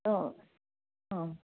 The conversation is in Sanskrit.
हा